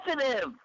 positive